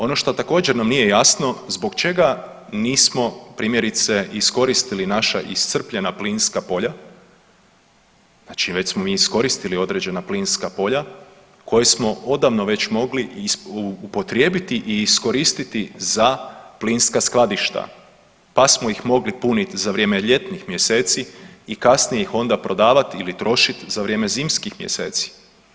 Ono što također nam nije jasno zbog čega nismo primjerice iskoristili naša iscrpljena plinska polja, znači već smo mi iskoristili određena plinska polja koja smo odavno već mogli upotrijebiti i iskoristiti za plinska skladišta, pa smo ih mogli punit za vrijeme ljetnih mjeseci i kasnije ih onda prodavat ili trošit za vrijeme zimskih mjeseca.